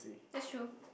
that's true